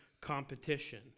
competition